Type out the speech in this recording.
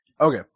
Okay